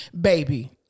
baby